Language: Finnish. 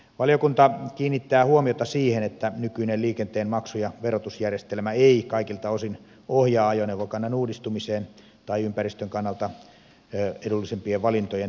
valiokunta kiinnittää huomiota siihen että nykyinen liikenteen maksu ja verotusjärjestelmä ei kaikilta osin ohjaa ajoneuvokannan uudistumiseen tai ympäristön kannalta edullisempien valintojen tekemiseen